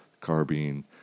carbine